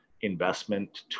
investment